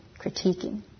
critiquing